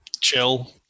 chill